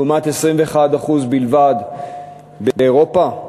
לעומת 21% בלבד באירופה?